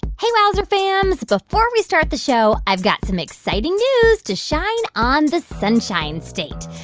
hey, wowzer fams. before we start the show, i've got some exciting news to shine on the sunshine state.